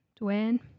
Dwayne